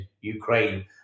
Ukraine